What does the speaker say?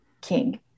King